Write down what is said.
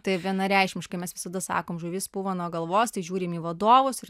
taip vienareikšmiškai mes visada sakom žuvis pūva nuo galvos tai žiūrim į vadovus ir